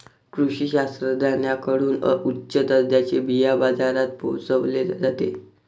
कृषी शास्त्रज्ञांकडून उच्च दर्जाचे बिया बाजारात पोहोचवले जाते